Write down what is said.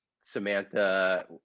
Samantha